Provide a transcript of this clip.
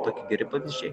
tokie geri pavyzdžiai